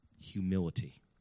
Humility